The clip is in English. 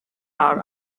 are